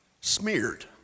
smeared